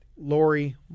Lori